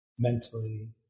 Mentally